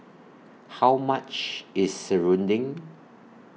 How much IS Serunding